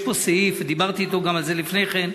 יש פה סעיף, ודיברתי אתו על זה גם לפני כן.